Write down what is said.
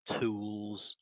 tools